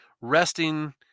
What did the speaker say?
resting